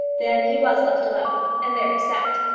then he was left alone, and there he sat.